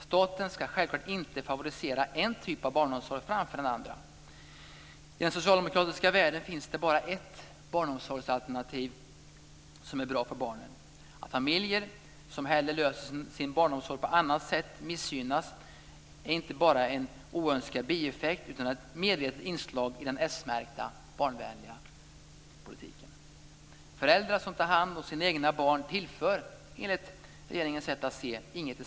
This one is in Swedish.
Staten ska självfallet inte favorisera en typ av barnomsorg framför andra. I den socialdemokratiska världen finns det bara ett barnomsorgsalternativ som är bra för barnen. Att familjer som hellre löser sin barnomsorg på annat sätt missgynnas är inte bara en oönskad bieffekt utan ett medvetet inslag i den s-märkta barnvänliga politiken. Föräldrar som tar hand om sina egna barn tillför inget till samhället, enligt regeringens sätt att se det.